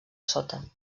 sota